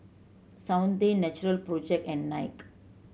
Soundteoh Natural Project and Nike